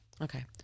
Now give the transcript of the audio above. okay